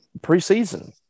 preseason